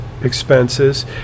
expenses